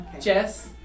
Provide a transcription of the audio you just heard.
Jess